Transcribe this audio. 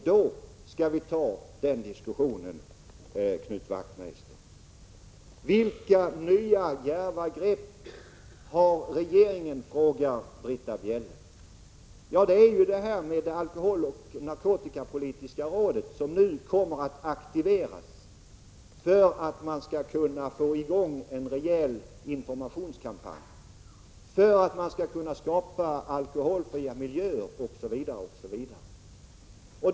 Då skall vi föra den diskussionen, Knut Wachtmeister. Vilka nya, djärva grepp har regeringen tagit? frågar Britta Bjelle. Ja, det är ju att alkoholoch narkotikapolitiska rådet nu kommer att aktiveras för att man skall få i gång en rejäl informationskampanj, skapa alkoholfria miljöer, osv.